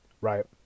right